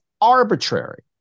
arbitrary